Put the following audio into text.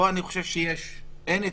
פה אני חושב שאין התנגדות.